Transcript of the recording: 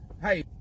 Hey